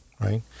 right